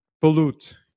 pollute